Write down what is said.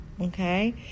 Okay